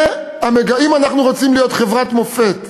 אם אנחנו רוצים להיות חברת מופת,